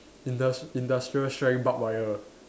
indust~ industrial strength barbed wire